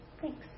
thanks